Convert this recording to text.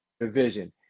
division